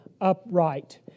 upright